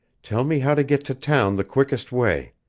tell me how to get to town the quickest way.